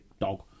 dog